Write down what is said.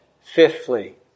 fifthly